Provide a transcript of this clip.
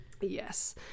Yes